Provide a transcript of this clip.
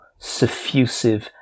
suffusive